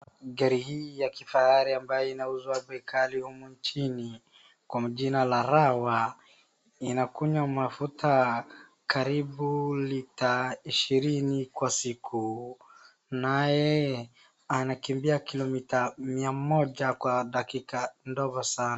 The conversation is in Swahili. Gari hii ya kifahari ambayo inauzwa bei ghali humu nchini kwa majina ya Rawa inakunya mafuta karibu lita ishirini kwa siku naye anakimbia kilomita moja kwa dakika kidogo sana.